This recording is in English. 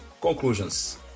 Conclusions